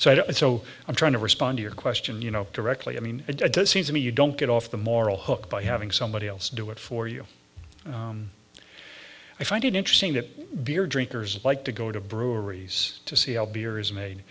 i so i'm trying to respond to your question you know directly i mean it does seem to me you don't get off the moral hook by having somebody else do it for you i find it interesting that beer drinkers like to go to breweries to see how beer is made